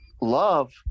love